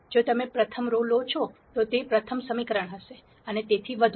જો તમે પ્રથમ રો લો છો તો તે પ્રથમ સમીકરણ હશે અને તેથી વધુ